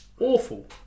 awful